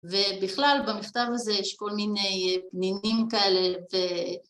ובכלל במכתב הזה יש כל מיני פנינים כאלה